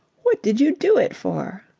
what did you do it for?